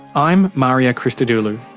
i'm mario christodoulou.